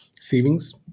savings